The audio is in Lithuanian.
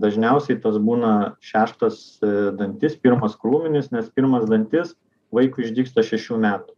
dažniausiai tos būna šeštas dantis pirmas krūminis nes pirmas dantis vaikui išdygsta šešių metų